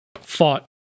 fought